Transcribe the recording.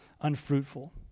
unfruitful